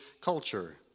culture